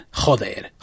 joder